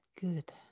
good